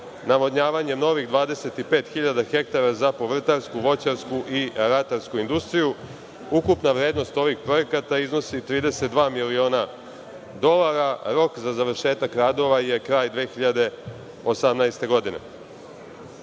navodnjavanje novih 25 hiljada hektara za povrtarsku, voćarsku i ratarsku industriju. Ukupna vrednost ovih projekata iznosi 32 miliona dolara. Rok za završetak radova je krajem 2018. godina. Ono